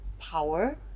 power